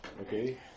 Okay